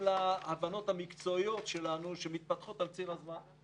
להבנות המקצועיות שלנו שמתפתחות על ציר הזמן.